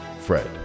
Fred